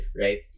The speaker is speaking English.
right